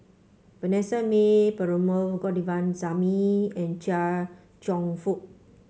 Vanessa Mae Perumal Govindaswamy and Chia Cheong Fook